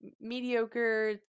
mediocre